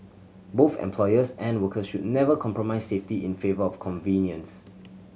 both employers and workers should never compromise safety in favour of convenience